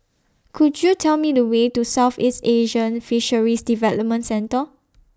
Could YOU Tell Me The Way to Southeast Asian Fisheries Development Centre